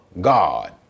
God